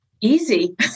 easy